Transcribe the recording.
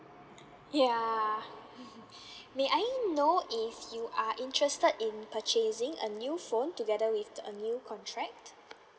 ya may I know if you are interested in purchasing a new phone together with a new contract